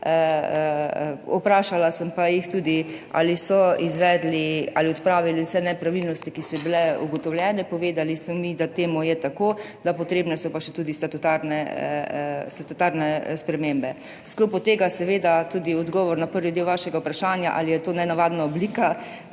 vprašala sem jih pa tudi, ali so izvedli ali odpravili vse nepravilnosti, ki so bile ugotovljene. Povedali so mi, da to je tako, da so pa potrebne še tudi statutarne spremembe. V sklopu tega seveda tudi odgovor na prvi del vašega vprašanja, ali je to nenavadna oblika